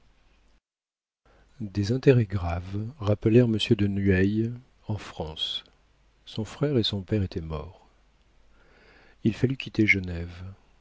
des intérêts graves rappelèrent monsieur de nueil en france son frère et son père étaient morts il fallut quitter genève